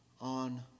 on